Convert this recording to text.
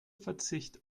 verzicht